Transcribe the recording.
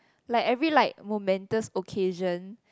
like every like momentous occasion